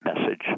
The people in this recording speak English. message